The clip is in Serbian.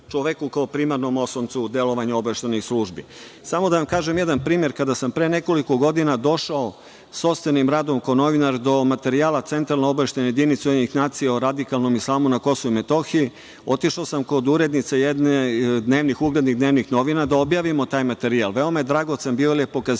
čoveku kao primarnom osnovcu delovanja obaveštajnih službi. Samo da vam kažem jedan primer, kada sam pre nekoliko godina došao sopstvenim radom kao novinar do materijala centralno-obaveštajne jedinice UN o radikalnom islamu na KiM, otišao sam kod urednice jednih uglednih dnevnih novina da objavimo taj materijal. Veoma je dragocen bio jer ukazivao